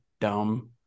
dumb